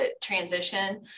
transition